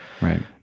Right